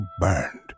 burned